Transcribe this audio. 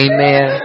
Amen